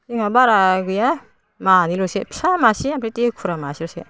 जोंहा बारा गैया मानैल'सो फिसा मासे ओमफ्राय देखुरा मासे